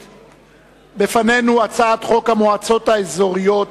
לפנינו הצעת חוק המועצות האזוריות